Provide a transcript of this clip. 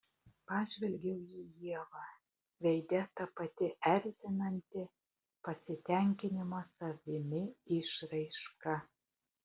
pažvelgiau į ievą veide ta pati erzinanti pasitenkinimo savimi išraiška